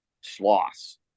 sloths